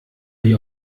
wie